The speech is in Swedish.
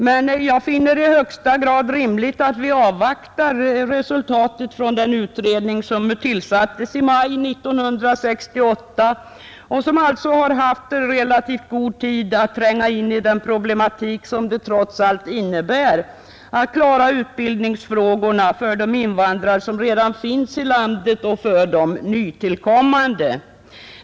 Men jag finner det i högsta grad rimligt att vi avvaktar resultatet från den utredning som tillsattes i maj 1968 och som alltså har haft relativt god tid att tränga in i den problematik det trots allt innebär att klara utbildningen för de invandrare som redan finns i landet och för de nytillkommande.